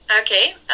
Okay